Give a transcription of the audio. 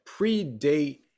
predate